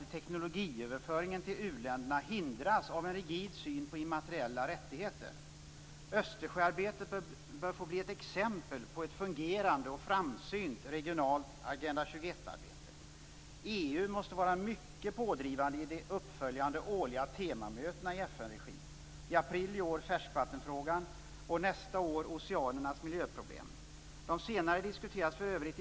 Skagerrak är som en flodmynning för Östersjön. Det är en barnkammare. Det är ett reproduktionsområde som är oerhört rikt.